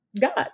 God